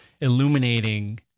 illuminating